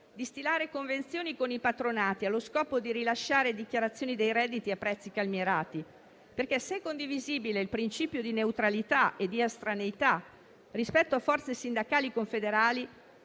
di stilare convenzioni con i patronati, allo scopo di rilasciare dichiarazioni dei redditi a prezzi calmierati, perché se è condivisibile il principio di neutralità e di estraneità rispetto a forze sindacali confederali,